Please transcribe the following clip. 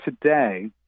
today